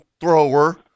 thrower